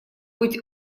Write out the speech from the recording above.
быть